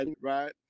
right